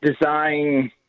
design